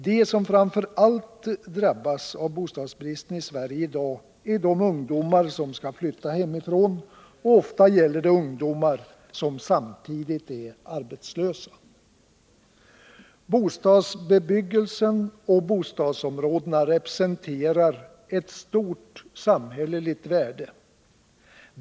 De som framför allt drabbas av bostadsbristen i Sverige i dag är de ungdomar som skall flytta hemifrån. Ofta gäller det de ungdomar som samtidigt är arbetslösa. Bostadsbebyggelsen och bostadsområdena representerar ett stort samhälleligt värde.